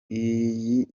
iyi